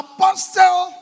Apostle